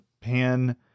Pan